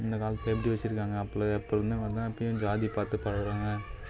இந்த காலத்தில் எப்படி வெச்சுருக்காங்க அப்போ இருந்தவங்கதான் இப்பயும் ஜாதி பார்த்து பழகுகிறாங்க